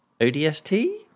ODST